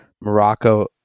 Morocco